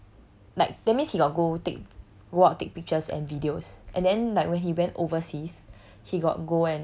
it's not bad like that means he got go take go out take pictures and videos and then like when he went overseas